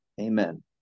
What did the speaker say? Amen